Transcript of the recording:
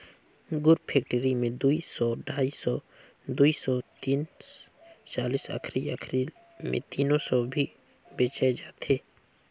गुर फेकटरी मे दुई सौ, ढाई सौ, दुई सौ तीस चालीस आखिरी आखिरी मे तीनो सौ भी बेचाय जाथे